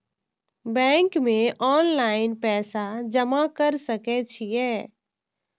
Bank में online पैसा जमा कर सके छीये?